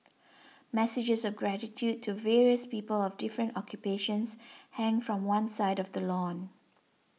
messages of gratitude to various people of different occupations hang from one side of the lawn